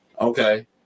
Okay